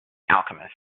alchemist